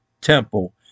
temple